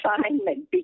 assignment